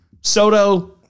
Soto